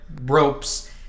ropes